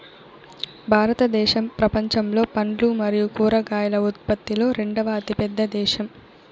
భారతదేశం ప్రపంచంలో పండ్లు మరియు కూరగాయల ఉత్పత్తిలో రెండవ అతిపెద్ద దేశం